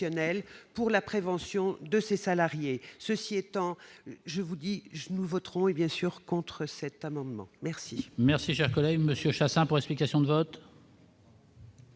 pour la prévention de ces salariés, ceci étant, je vous dis-je, nous voterons et bien sûr contre cet amendement, merci.